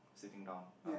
sitting down uh